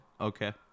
Okay